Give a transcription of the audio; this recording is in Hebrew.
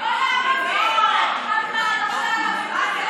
מאולם המליאה.) --- עוד רצית להחזיר?